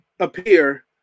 appear